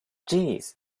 jeez